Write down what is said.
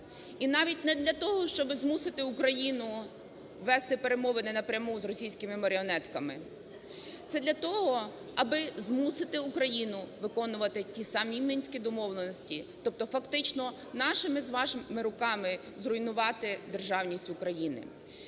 і навіть не для того, щоб змусити Україну вести перемовини напряму з російськими маріонетками. Це для того, аби змусити Україну виконувати ті самі Мінські домовленості, тобто фактично нашими з вами руками зруйнувати державність України.